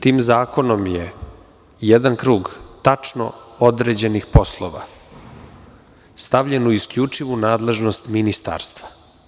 Tim zakonom je jedan krug tačno određenih poslova stavljen u isključivu nadležnost Ministarstva.